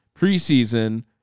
preseason